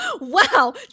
Wow